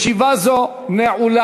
ישיבה זו נעולה.